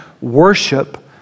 worship